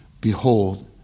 Behold